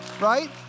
right